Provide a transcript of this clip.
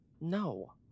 No